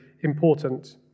important